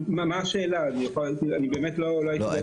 אני באמת לא הייתי בכל הדיון.